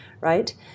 right